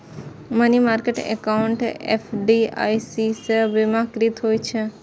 money market account FDIC सं बीमाकृत होइ छै